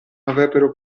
avrebbero